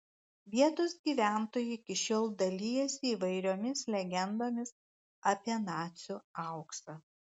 vietos gyventojai iki šiol dalijasi įvairiomis legendomis apie nacių auksą